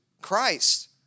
Christ